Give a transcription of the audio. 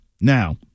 Now